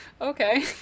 okay